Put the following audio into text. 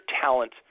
talent